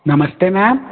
नमस्ते मैम